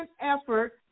effort